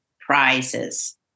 prizes